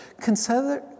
consider